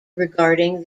regarding